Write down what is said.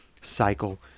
cycle